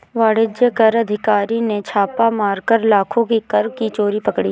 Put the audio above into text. वाणिज्य कर अधिकारी ने छापा मारकर लाखों की कर की चोरी पकड़ी